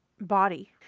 body